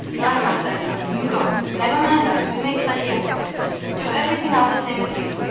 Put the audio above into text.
well, massa edward, you go never mind us, we make plenty of work do every thing all the same as you.